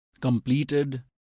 completed